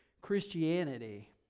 Christianity